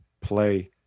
play